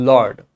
Lord